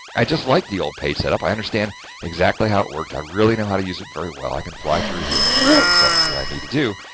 i just like the old page setup. i understand exactly how it worked. i really know how to use it very well. i can fly through here and do all the settings that i need to do.